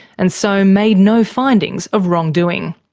and so made no findings of wrongdoing.